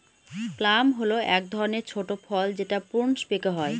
plum হল এক ধরনের ছোট ফল যেটা প্রুনস পেকে হয়